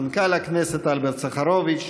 מנכ"ל הכנסת אלברט סחרוביץ,